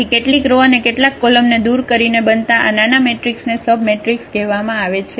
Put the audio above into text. તેથી કેટલીક રો અને કેટલાક કોલમને દૂર કરીને બનતા આ નાના મેટ્રિક્સને સબમેટ્રિક્સ કહેવામાં આવે છે